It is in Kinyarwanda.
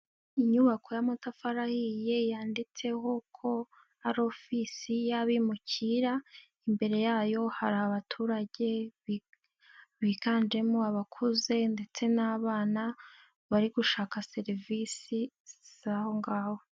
Inyubako y'amatafari ahiye yanditseho ko ari ofisi y'abimukira, imbere yayo hari abaturage biganjemo abakuze ndetse n'abana bari gushaka serivisi z'aho ngaho.